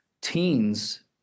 teens